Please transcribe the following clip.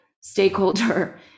stakeholder